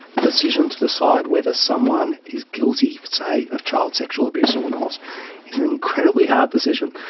the decision to decide whether someone is guilty, say, of child sexual abuse or not is an incredibly hard decision,